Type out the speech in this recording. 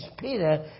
Peter